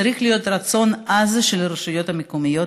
צריך להיות רצון עז של הרשויות המקומיות